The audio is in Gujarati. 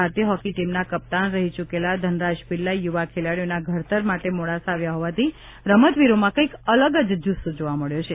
ભારતીય હોકી ટીમના કપ્તાન રહીચૂકેલા ધનરાજ પિલ્લાઈ યુવા ખેલાડીઓના ઘડતર માટે મોડાસા આવ્યા હોવાથી રમતવીરોમાં કંઈક અલગ જ જૂસ્સો જોવા મળ્યો છે